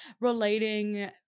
relating